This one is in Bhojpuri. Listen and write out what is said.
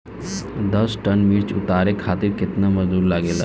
दस टन मिर्च उतारे खातीर केतना मजदुर लागेला?